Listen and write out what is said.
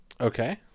Okay